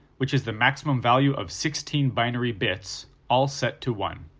which is the maximum value of sixteen binary bits, all set to one.